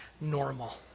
normal